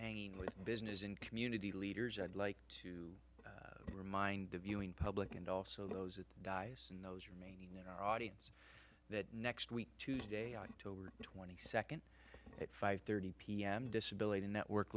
hanging with business and community leaders i'd like to remind the viewing public and also those dice and those remain in our audience that next week tuesday october twenty second at five thirty p m disability network